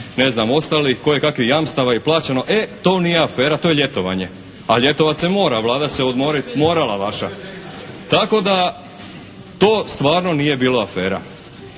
ne znam ostalih koje kakvih jamstava je plaćeno e, to nije afera, to je ljetovanje. A ljetovat se mora, Vlada se odmoriti morala vaša. Tako da to stvarno nije bilo afera.